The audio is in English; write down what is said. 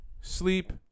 sleep